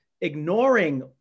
ignoring